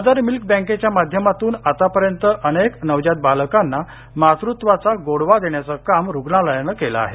mother milk बँकेच्या माध्यमातून आतापर्यंत अनेक नवजात बालकांना मातत्वाचा गोडवा देण्याचे काम रुग्णालयाने केले आहे